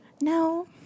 No